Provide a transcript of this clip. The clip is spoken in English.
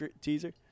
teaser